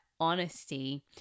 honesty